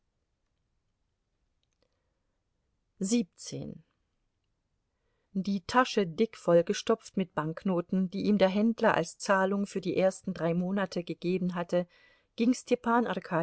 die tasche dick vollgestopft mit banknoten die ihm der händler als zahlung für die ersten drei monate gegeben hatte ging